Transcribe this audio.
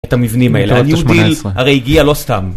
את המבנים האלה, הניו דיל הרי הגיע לא סתם